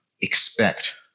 expect